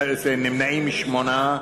נמנעים, 8,